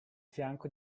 fianco